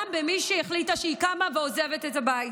גם למי שהחליטה שהיא קמה ועוזבת את הבית.